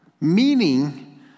Meaning